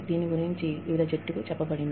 దీని గురించి వివిధ జట్లకు చెప్పబడింది